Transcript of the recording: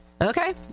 Okay